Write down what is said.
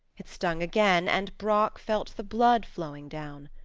it stung again and brock felt the blood flowing down.